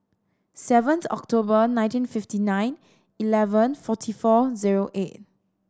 seventh October nineteen fifty nine eleven forty four zero eight